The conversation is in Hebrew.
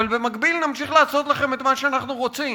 אבל במקביל נמשיך לעשות לכם את מה שאנחנו רוצים.